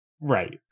Right